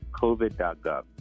covid.gov